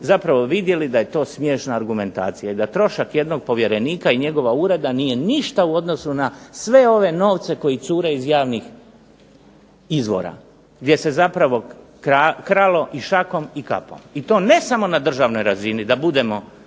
zapravo vidjeli da je to smiješna argumentacija i da trošak jednog povjerenika i njegova ureda nije ništa u odnosu na sve ove novce koji cure iz javnih izvora, gdje se zapravo kralo i šakom i kapom. I to ne samo na državnoj razini da budemo